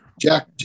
Jack